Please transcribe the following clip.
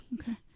Okay